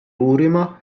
uurima